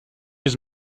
his